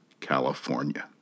California